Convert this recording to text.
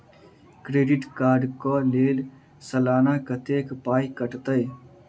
Credit card कऽ लेल सलाना कत्तेक पाई कटतै?